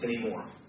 anymore